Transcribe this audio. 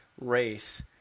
race